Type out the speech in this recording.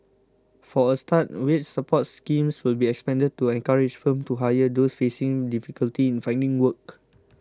for a start wage support schemes will be expanded to encourage firms to hire those facing difficulty in finding work